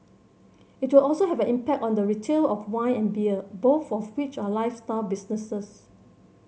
it will also have an impact on the retail of wine and beer both of which are lifestyle businesses